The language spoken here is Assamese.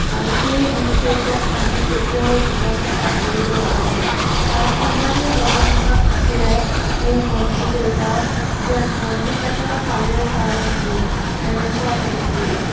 আৰু সেই দিনকেইটা আমি কেতিয়াও জীৱনত পাহৰিব নোৱাৰোঁ কাৰণ ইমানেই মনোমোহা আছিলে সেই মন্দিৰকেইটা যেন মন্দিৰকেইটা চালে চায়েই থাকিম এনেকুৱা লাগিছিল